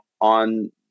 on